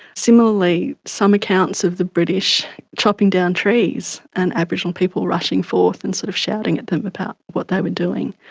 similarly, some accounts of the british chopping down trees and aboriginal people rushing forth and sort of shouting at them about what they were doing.